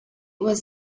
was